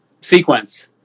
Sequence